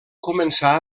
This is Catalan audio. començà